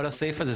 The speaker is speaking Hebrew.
כל הסעיף הזה.